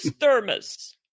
thermos